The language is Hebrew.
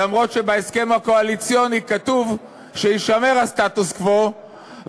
אף שבהסכם הקואליציוני כתוב שיישמר הסטטוס-קוו,